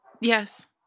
yes